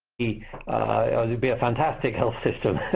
be be a fantastic health system,